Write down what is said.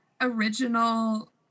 original